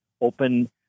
open